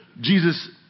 Jesus